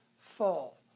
fall